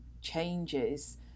changes